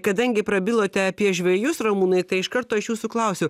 kadangi prabilote apie žvejus ramūnai tai iš karto aš jūsų klausiu